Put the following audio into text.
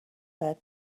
their